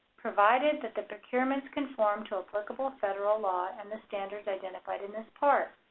provided that the procurements conform to applicable federal law and the standards identified in this part.